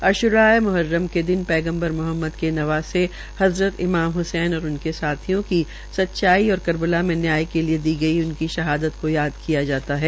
अश्रा ए म्हर्रम के दिन पैगम्बर म्हम्मद के नवासे हज़रत इमाम और उनके साथियों की सच्चाई और करबला मे न्याय के लिए गई उनकी शहादत को याद किया जाता है